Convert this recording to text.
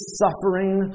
suffering